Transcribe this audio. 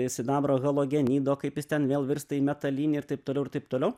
sidabro halogenido kaip jis ten vėl virsta į metalinį ir taip toliau ir taip toliau